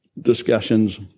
discussions